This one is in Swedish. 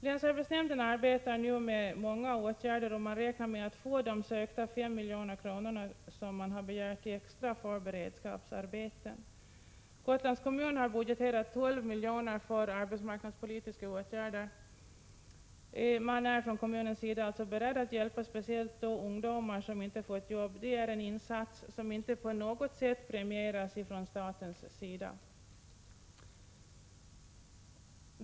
Länsarbetsnämnden arbetar nu med många åtgärder och räknar med att få de extra 5 milj.kr. som man har begärt för beredskapsarbeten. Gotlands kommun har budgeterat 12 miljoner för arbetsmarknadspolitiska åtgärder. Kommunen är alltså beredd att hjälpa, speciellt de ungdomar som inte fått jobb — en insats som inte på något sätt premieras från statens sida.